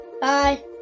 Bye